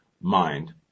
mind